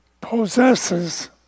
possesses